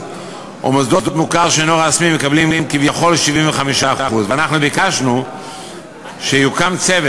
ומוסדות מוכר שאינו רשמי מקבלים כביכול 75%. ואנחנו ביקשנו שיוקם צוות,